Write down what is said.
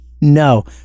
No